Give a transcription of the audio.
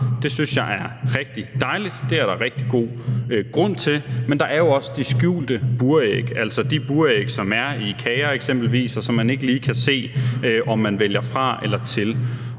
Det synes jeg er dejligt, det er der rigtig god grund til. Men der er jo også de skjulte buræg, altså de buræg, der er i eksempelvis kager, og som man ikke lige kan se om man vælger fra eller til.